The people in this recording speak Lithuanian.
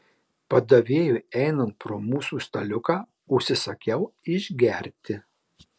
padavėjui einant pro mūsų staliuką užsisakiau išgerti